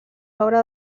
obra